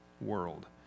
world